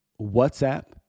WhatsApp